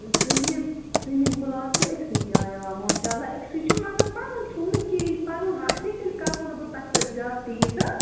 زٔمیٖن زٔمیٖن پُلاٹ چھِ أکۍسٕے جایہِ آ ماشا اللہ أکۍسٕے چھُ مگر پَنُن چھُم نہٕ کِہیٖنٛۍ پنُن آسہِ تیٚلہِ کَرہو نہٕ بہٕ تۄہہِ سٍتۍ زیادٕتی ییٖژاہ